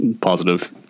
positive